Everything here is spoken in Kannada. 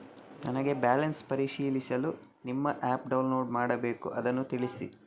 ನನಗೆ ಬ್ಯಾಲೆನ್ಸ್ ಪರಿಶೀಲಿಸಲು ನಿಮ್ಮ ಆ್ಯಪ್ ಡೌನ್ಲೋಡ್ ಮಾಡಬೇಕು ಅದನ್ನು ತಿಳಿಸಿ?